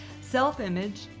self-image